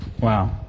Wow